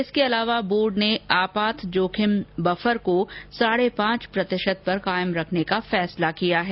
इसके अलावा बोर्ड ने आपात जोखिम बफर को साढे पांच प्रतिशत पर कायम रखने का फैसला किया है